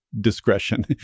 discretion